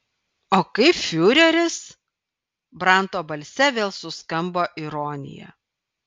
o kaip fiureris branto balse vėl suskambo ironija